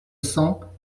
cents